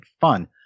fun